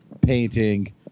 painting